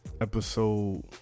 episode